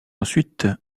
ensuite